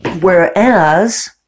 Whereas